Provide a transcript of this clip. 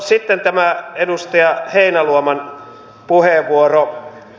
sitten tämä edustaja heinäluoman puheenvuoro